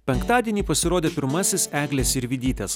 penktadienį pasirodė pirmasis eglės sirvydytės